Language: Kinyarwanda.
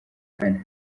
kane